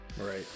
Right